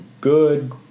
good